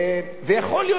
ויכול להיות,